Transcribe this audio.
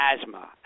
asthma